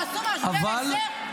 תעשו משבר על זה,